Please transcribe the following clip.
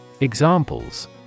Examples